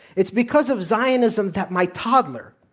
it's because of zionism that my toddler,